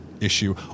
issue